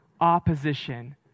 opposition